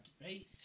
right